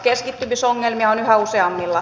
keskittymisongelmia on yhä useammilla